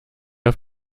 auf